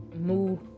Move